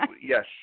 yes